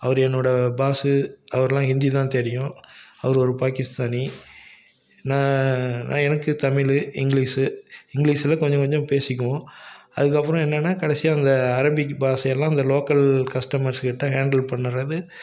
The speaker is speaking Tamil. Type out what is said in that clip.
அவர் என்னோட பாஸு அவரெலாம் ஹிந்திதான் தெரியும் அவரு ஒரு பாகிஸ்தானி நான் நான் எனக்கு தமிழ் இங்லீஷ்ஷு இங்லீஷில் கொஞ்சம் கொஞ்சம் பேசிக்குவோம் அதுக்கப்புறம் என்னன்னால் கடைசியாக இந்த அரபிக் பாஷையெல்லாம் அந்த லோக்கல் கஸ்டமர்ஸ்கிட்ட ஹேண்டில் பண்ணுறது